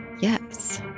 Yes